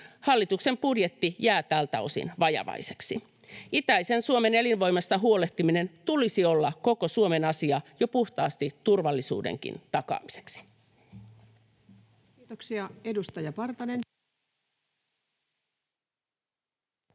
Hallituksen budjetti jää tältä osin vajavaiseksi. Itäisen Suomen elinvoimasta huolehtimisen tulisi olla koko Suomen asia jo puhtaasti turvallisuudenkin takaamiseksi. [Speech